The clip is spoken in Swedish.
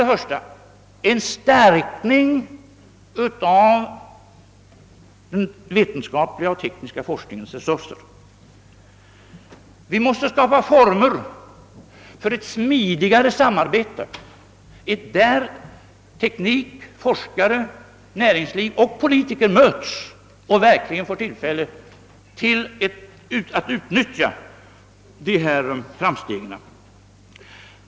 Vi måste åstadkomma en förstärkning av den vetenskapliga och tekniska forskningens resurser. Vi måste skapa former för smidigare samarbete, i vilket tekniker, forskare, näringslivets företrädare och politiker möts och verk ligen får tillfälle att utnyttja framstegen.